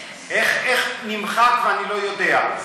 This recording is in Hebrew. איך נמחק ואני לא יודע?